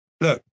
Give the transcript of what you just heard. Look